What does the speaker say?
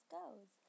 goes